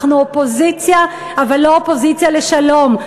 אנחנו אופוזיציה אבל לא אופוזיציה לשלום.